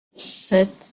sept